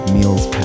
Meals